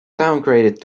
downgraded